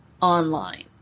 online